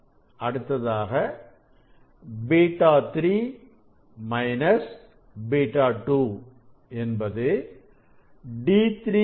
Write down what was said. β 3 β 2 என்பது D3 D2